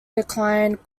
declined